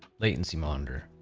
latency monitor.